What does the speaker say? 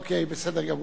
אוקיי, בסדר גמור.